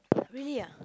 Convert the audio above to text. really ah